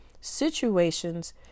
situations